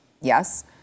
Yes